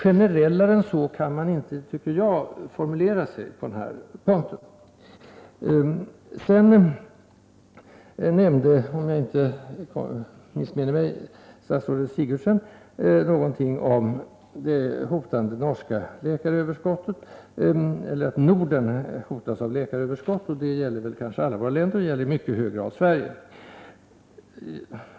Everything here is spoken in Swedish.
Generellare än så kan man enligt min uppfattning inte formulera sig på den här punkten. Statsrådet Sigurdsen nämnde, om jag inte missminner mig, någonting om att Norden hotas av läkaröverskott. Det gäller kanske alla nordiska länder, och det gäller i mycket hög grad Sverige.